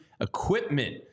equipment